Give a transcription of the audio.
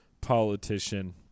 politician